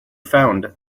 found